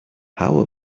how